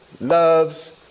loves